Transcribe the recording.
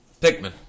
Pikmin